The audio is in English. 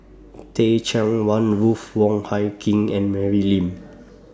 Teh Cheang Wan Ruth Wong Hie King and Mary Lim